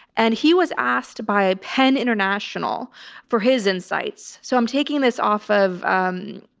and he was asked by pen international for his insights. so i'm taking this off of um,